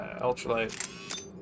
ultralight